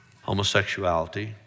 homosexuality